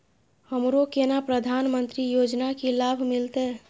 हमरो केना प्रधानमंत्री योजना की लाभ मिलते?